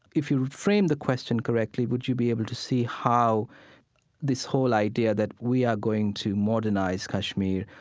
if you would frame the question correctly, would you be able to see how this whole idea that we are going to modernize kashmir,